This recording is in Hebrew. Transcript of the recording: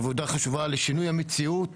עבודה חשובה לשינוי המציאות.